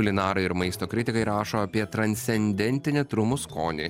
kulinarai ir maisto kritikai rašo apie transcendentinį trumų skonį